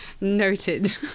Noted